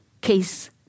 case